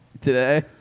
today